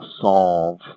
solve